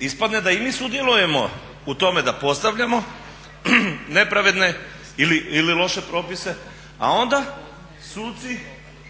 ispadne da i mi sudjelujemo u tome da postavljamo nepravedne ili loše propise a onda suci